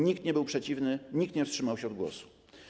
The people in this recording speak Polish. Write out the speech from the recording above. Nikt nie był przeciwny, nikt nie wstrzymał się od głosu.